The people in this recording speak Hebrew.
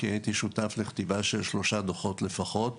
כי הייתי שותף לכתיבה של שלושה דוחות לפחות.